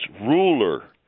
ruler